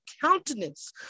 countenance